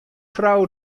frou